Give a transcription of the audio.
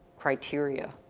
criteria.